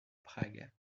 prague